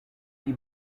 you